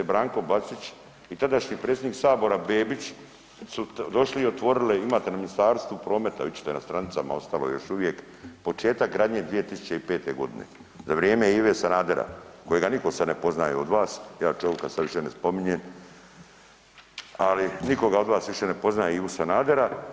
Branko Bačić i tadašnji predsjednik sabora Bebić su došli i otvorili, imate na Ministarstvu prometa, vidit ćete na stranicama, ostalo je još uvijek, početak gradnje 2005.g. za vrijeme Ive Sanadera kojega niko sad ne poznaje od vas, ja čovik sad više ne spominjem, ali nikoga od vas više ne poznaje Ivu Sanadera.